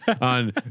on